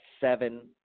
seven